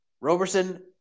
Roberson